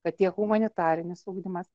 kad tiek humanitarinis ugdymas